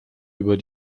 über